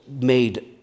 made